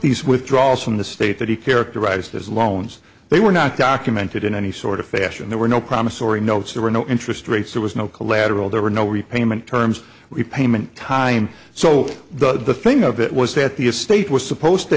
these withdrawals from the state that he characterized as loans they were not documented in any sort of fashion there were no promissory notes there were no interest rates there was no collateral there were no repayment terms repayment time so the thing of it was that the estate was supposed to